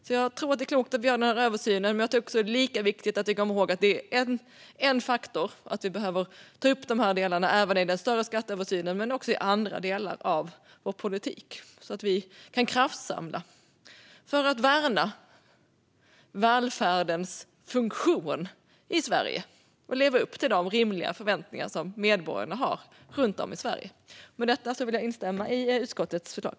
Jag tror alltså att det är klokt att vi gör denna översyn, men det är också viktigt att vi kommer ihåg att detta är en faktor som vi behöver ta upp i den större skatteöversynen och i andra delar av vår politik, så att vi kan kraftsamla för att värna välfärdens funktion i Sverige och leva upp till de rimliga förväntningar som medborgarna runt om i Sverige har. Med detta yrkar jag bifall till utskottets förslag.